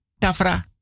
tafra